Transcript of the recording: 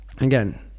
again